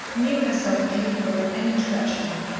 knew herself capable of any treachery,